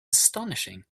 astonishing